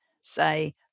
say